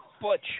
Butch